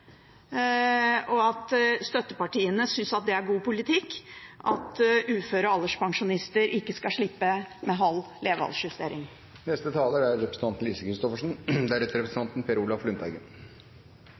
over at støttepartiene synes at det er god politikk at uføre alderspensjonister ikke skal slippe med halv